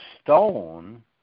stone